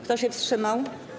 Kto się wstrzymał?